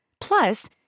Plus